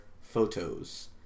photos